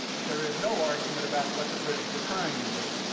but there is no argument about what the british were trying to do.